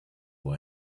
pour